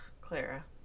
Clara